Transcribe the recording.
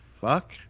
fuck